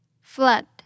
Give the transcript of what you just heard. Flood